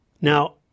Now